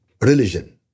religion